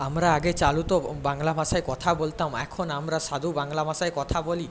আমরা আগে চলিত বাংলা ভাষায় কথা বলতাম এখন আমরা সাধু বাংলা ভাষায় কথা বলি